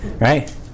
right